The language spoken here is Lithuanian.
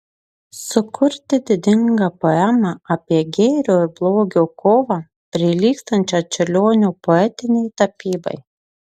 sukurti didingą poemą apie gėrio ir blogio kovą prilygstančią čiurlionio poetinei tapybai